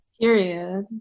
Period